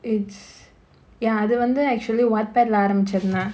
it's ya அது வந்து:athu vanthu actually wattpad lah ஆரம்பிச்சுருந்தா:aarambichirunthaa